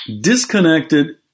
disconnected